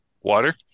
water